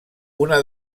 una